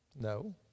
No